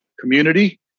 community